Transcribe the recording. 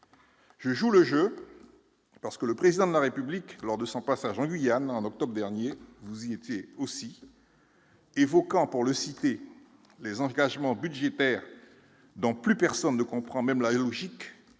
Je joue le jeu parce que le président de la République lors de son passage en Guyane, en octobre dernier, vous y étiez aussi. évoquant pour le citer les engagements budgétaires dont plus personne ne comprend même la logique